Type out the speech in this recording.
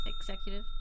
executive